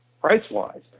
price-wise